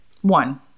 One